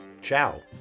ciao